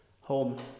home